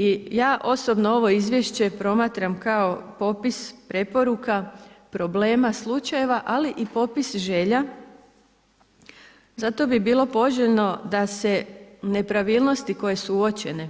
I ja osobno ovo izvješće promatram kao popis preporuka, problema slučajeva ali i popis želja, zato bi bilo poželjno, da se nepravilnosti koje su uočene